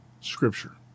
Scripture